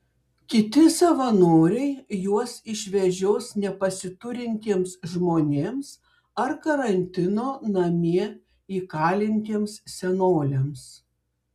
kiti savanoriai juos išvežios nepasiturintiems žmonėms ar karantino namie įkalintiems senoliams